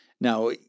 Now